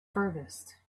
furthest